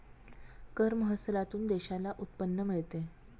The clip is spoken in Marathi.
कर महसुलातून देशाला उत्पन्न मिळते